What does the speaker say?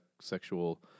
sexual